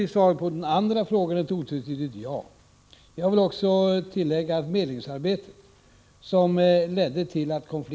Av vilken anledning underrättades inte medlingskommissionen omedelbart om överläggningen mellan statsministern och TCO-S?